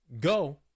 go